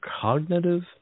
cognitive